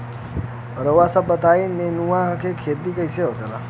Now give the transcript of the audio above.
रउआ सभ बताई नेनुआ क खेती कईसे होखेला?